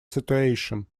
situation